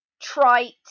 trite